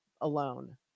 alone